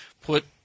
put